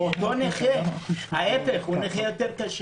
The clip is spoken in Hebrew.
הוא אותו נכה, והוא נכה קשה יותר.